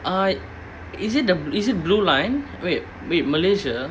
uh is it the is it blue line wait wait malaysia